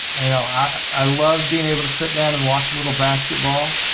you know i i love being able to sit down and watch little basketball